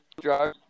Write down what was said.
Drive